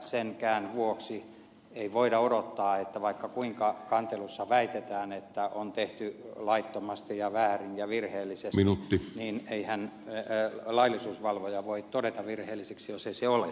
senkään vuoksi ei voida odottaa vaikka kuinka kantelussa väitetään että on tehty laittomasti ja väärin ja virheellisesti että laillisuusvalvoja voisi todeta menettelyn virheelliseksi jos se ei ole